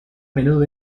menudo